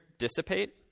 dissipate